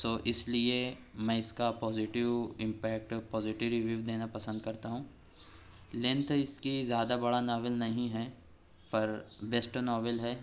سو اس لیے میں اس کا پازیٹیو امپیکٹ پازیٹیو ریویو دینا پسند کرتا ہوں لینتھ اس کی زیادہ بڑا ناول نہیں ہے پر بیسٹ ناول ہے